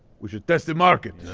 we should test the market.